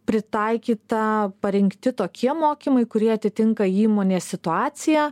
pritaikyta parengti tokie mokymai kurie atitinka įmonės situaciją